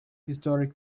historic